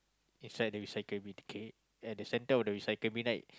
inside the recycle bin okay at the center of the recycle bin right